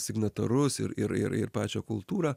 signatarus ir ir ir ir pačią kultūrą